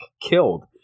killed